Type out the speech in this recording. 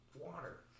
water